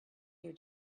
her